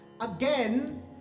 Again